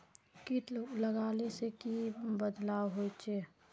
किट लगाले से की की बदलाव होचए?